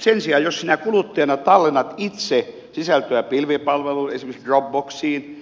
sen sijaan jos sinä kuluttajana tallennat itse sisältöä pilvipalveluun esimerkiksi drop boxiin